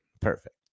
Perfect